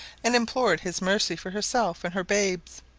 and implore his mercy for herself and her babes.